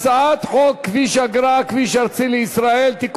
הצעת חוק כביש אגרה (כביש ארצי לישראל) (תיקון,